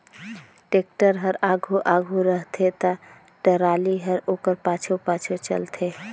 tractor हर आघु आघु रहथे ता टराली हर ओकर पाछू पाछु चलथे